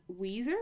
Weezer